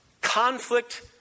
conflict